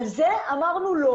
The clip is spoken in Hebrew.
על זה אמרנו לא.